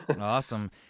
Awesome